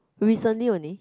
recently only